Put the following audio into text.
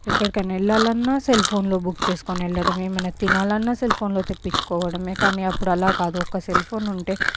ఎక్కడికైనా వెళ్లాలన్న సెల్ ఫోన్లో బుక్ చేసుకుని వెళ్ళడమే ఏమైనా తినాలన్న సెల్ ఫోన్లో తెప్పించుకోవడమే కానీ అప్పుడు అలా కాదు ఒక సెల్ ఫోన్ ఉంటే